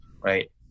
right